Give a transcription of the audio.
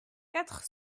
quatre